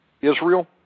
Israel